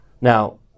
Now